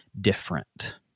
different